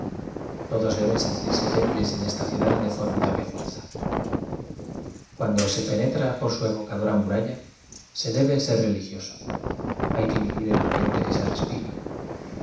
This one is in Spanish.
todos deben sentirse débiles en esta ciudad de formidable fuerza cuando se penetra por su evocadora mu'ulla se debe ser religioso hay que vivir el ambiente que se respira